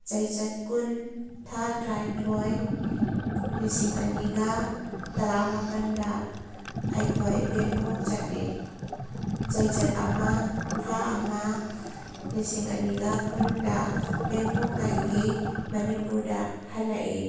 ꯆꯩꯆꯠ ꯀꯨꯟ ꯊꯥ ꯇꯔꯥꯅꯤꯊꯣꯏ ꯂꯤꯁꯤꯡ ꯑꯅꯤꯒ ꯇꯔꯥꯃꯥꯄꯜꯗ ꯑꯩꯈꯣꯏ ꯕꯦꯡꯀꯣꯛ ꯆꯠꯂꯦ ꯆꯩꯆꯠ ꯑꯃ ꯊꯥ ꯑꯃ ꯂꯤꯁꯤꯡ ꯑꯅꯤꯒ ꯀꯨꯟꯗ ꯕꯦꯡꯀꯣꯛꯇꯒꯤ ꯃꯅꯤꯄꯨꯔꯗ ꯍꯜꯂꯛꯏ